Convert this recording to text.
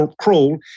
crawl